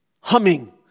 humming